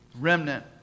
Remnant